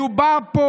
מדובר פה